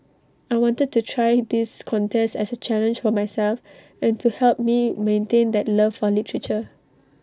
I wanted to try this contest as A challenge for myself and to help me maintain that love for literature